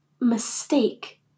mistake